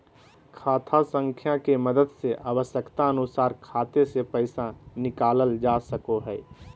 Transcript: खाता संख्या के मदद से आवश्यकता अनुसार खाते से पैसा निकालल जा सको हय